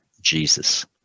Jesus